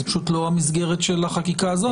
זה פשוט לא המסגרת של החקיקה הזו,